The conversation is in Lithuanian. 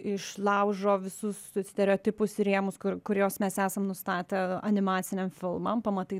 išlaužo visus stereotipus ir rėmus kuriuos mes esam nustatę animaciniam filmam pamatai